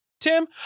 Tim